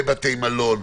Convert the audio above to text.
בבתי מלון.